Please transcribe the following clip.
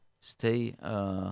stay